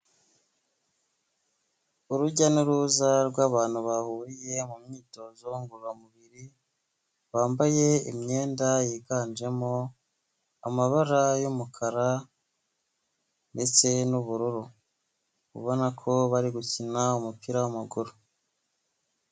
Urujya n'uruza, rw'abantu bahuriye mu myitozo ngororamubiri, bambaye imyenda yiganjemo amabara y'umukara ndetse n'ubururu. Ubona ko bari gukina umupira w'amaguru.